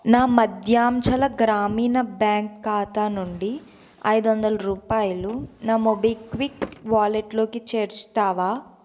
నా మధ్యాంచల గ్రామీణ బ్యాంక్ ఖాతా నుండి ఐదొందల రూపాయలు నా మొబిక్విక్ వాలెట్లోకి చేర్చుతావా